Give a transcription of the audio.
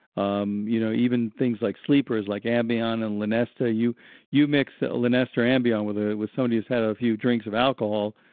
um you know even things like sleepers like ambien and lunesta, you you mix lunesta and ambien with ah with somebody who's had a few drinks of alcoholic,